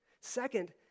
Second